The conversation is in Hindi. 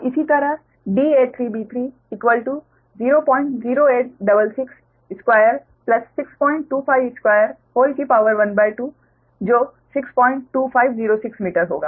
और इसी तरह da3b3 008662 625212 62506 मीटर